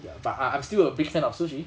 ya but I I'm still a big fan of sushi